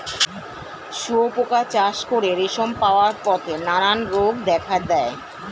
শুঁয়োপোকা চাষ করে রেশম পাওয়ার পথে নানা রোগ দেখা দেয়